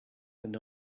than